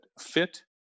fit